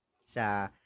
Sa